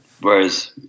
whereas